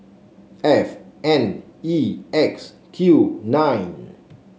F N E X Q nine